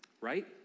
Right